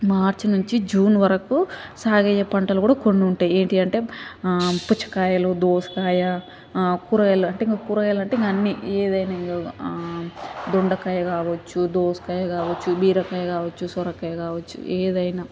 మార్చి నుంచి జూన్ వరకు సాగు అయ్యే పంటలు కూడా కొన్ని ఉంటాయి ఏంటి అంటే ఆ పుచ్చకాయలు దోసకాయ ఆ కూరగాయలు అంటే కూరగాయలు అంటే ఇక అన్నీ ఏదైనా ఇక ఆ దొండకాయ కావచ్చు దోసకాయ కావచ్చు బీరకాయ కావచ్చు సొరకాయ కావచ్చు ఏదైనా